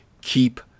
keep